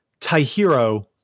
Taihiro